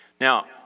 Now